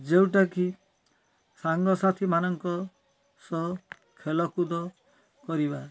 ଯେଉଁଟାକି ସାଙ୍ଗସାଥିମାନଙ୍କ ସହ ଖେଲକୁଦ କରିବା